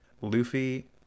Luffy